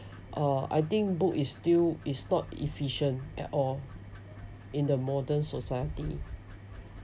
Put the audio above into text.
uh I think book is still is not efficient at all in the modern society